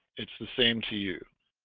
it's the same to you